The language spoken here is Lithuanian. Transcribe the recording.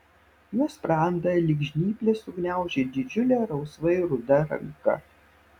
jo sprandą lyg žnyplės sugniaužė didžiulė rausvai ruda ranka